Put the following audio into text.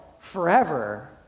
forever